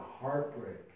heartbreak